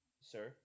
Sir